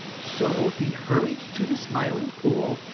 so he hurried to the smiling pool,